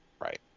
Right